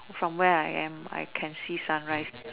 from where I'm I can see sunrise